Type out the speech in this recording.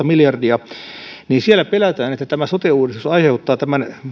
miljardia siellä pelätään että sote uudistus aiheuttaa tämän